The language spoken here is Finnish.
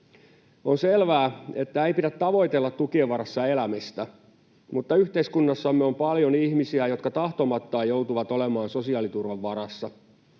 On selvää, että ei pidä tavoitella tukien varassa elämistä, mutta yhteiskunnassamme on paljon ihmisiä, jotka tahtomattaan joutuvat olemaan sosiaaliturvan varassa.